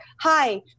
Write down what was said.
hi